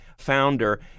founder